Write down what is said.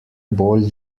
bolj